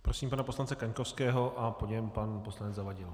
Prosím pana poslance Kaňkovského a po něm pan poslanec Zavadil.